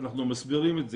אנחנו מסבירים את זה,